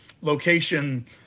location